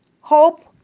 Hope